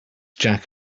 jack